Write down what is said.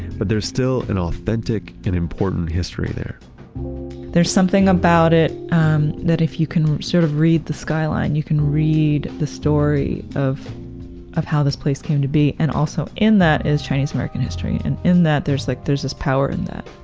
but there's still an authentic and important history there there's something about it um that if you can sort of read the skyline, you can read the story of of how this place came to be. and also in that is chinese-american history, and in that there's like there's this power in that,